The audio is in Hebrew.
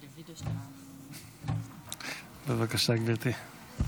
בבקשה, גברתי.